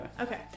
Okay